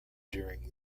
during